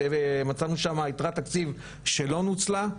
מצאנו שם יתרת תקציב שלא נוצלה.